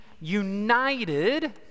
united